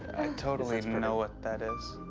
i totally know what that is.